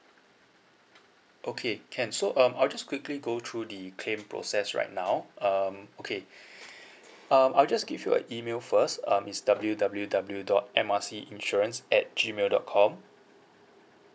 okay can so um I'll just quickly go through the claim process right now um okay um I'll just give you a email first um it's W W W dot M R C insurance at G mail dot com